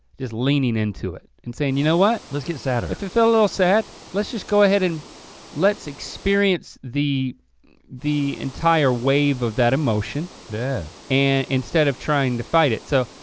just leaning into it and saying you know what let's get sadder. if you feel a little sad, let's just go ahead and let's experience the the entire wave of that emotion yeah. and instead of trying to fight it, so,